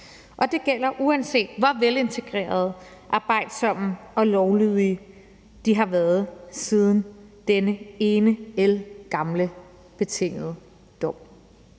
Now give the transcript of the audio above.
og det gælder, uanset hvor velintegrerede, arbejdsomme og lovlydige de har været siden denne ene ældgamle betingede dom.